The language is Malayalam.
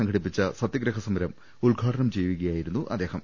സംഘടിപ്പിച്ച സത്യാഗ്രഹ സമരം ഉദ്ഘാടനം ചെയ്യുകയായിരുന്നു അദ്ദേഹം